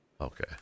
Okay